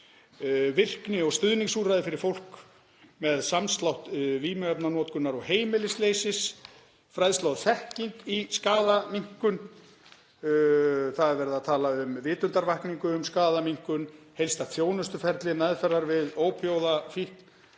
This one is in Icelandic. Virkni- og stuðningsúrræði fyrir fólk með samslátt vímuefnanotkunar og heimilisleysis; fræðsla og þekking í skaðaminnkun; það er verið að tala um vitundarvakningu um skaðaminnkun, heildstætt þjónustuferli meðferðar við ópíóíðafíkn.